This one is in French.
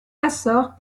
açores